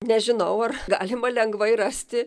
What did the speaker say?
nežinau ar galima lengvai rasti